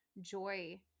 joy